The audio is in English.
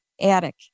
attic